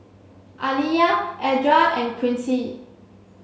Aliyah Edra and Quincy